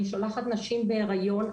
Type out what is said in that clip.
אני שולחת נשים בהיריון.